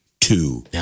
two